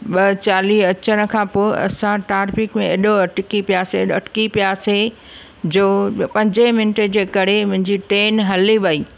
ॿ चालीह अचण खां पोइ असां ट्रैफिक में एॾो अटकी पियासीं एॾो अटकी पियासीं जो पंजें मिंटें जे करे मुंहिंजी ट्रेन हली वई